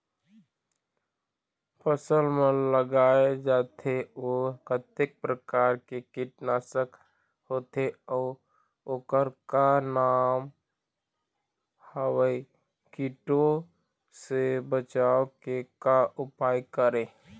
फसल म लगाए जाथे ओ कतेक प्रकार के कीट नासक होथे अउ ओकर का नाम हवे? कीटों से बचाव के का उपाय करें?